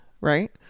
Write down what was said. right